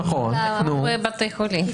זה --- כמו בבתי חולים.